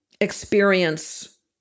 experience